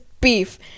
beef